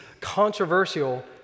controversial